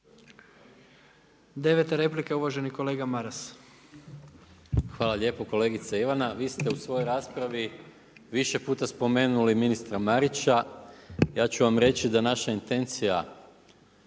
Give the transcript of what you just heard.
Deveta replika, uvaženi kolega Maras. **Maras, Gordan (SDP)** Hvala lijepa. Kolegice Ivana, vi ste u svojoj raspravi više puta spomenuli ministra Marića, ja ću vam reći da naša intencija